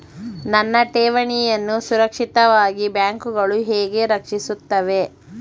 ನನ್ನ ಠೇವಣಿಯನ್ನು ಸುರಕ್ಷಿತವಾಗಿ ಬ್ಯಾಂಕುಗಳು ಹೇಗೆ ರಕ್ಷಿಸುತ್ತವೆ?